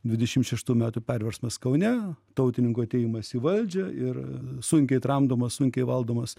dvidešimt šeštų metų perversmas kaune tautininkų atėjimas į valdžią ir sunkiai tramdomas sunkiai valdomas